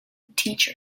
teacher